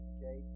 Okay